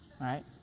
right